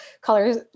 colors